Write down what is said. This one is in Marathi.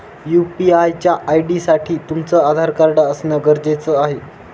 यू.पी.आय च्या आय.डी साठी तुमचं आधार कार्ड असण गरजेच आहे